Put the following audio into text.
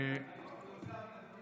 אני רוצה להבין,